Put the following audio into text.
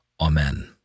Amen